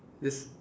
yes